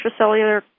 intracellular